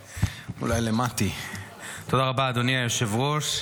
תודה רבה, אדוני היושב-ראש.